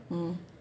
mm